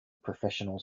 professional